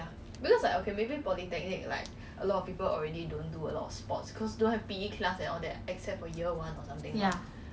很 fun that's true